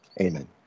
amen